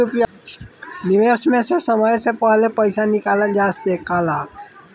निवेश में से समय से पहले पईसा निकालल जा सेकला?